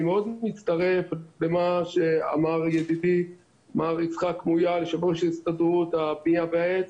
אני מצטרף למה שאמר ידידי מר יצחק מויאל יושב-ראש הסתדרות הבניין והעץ,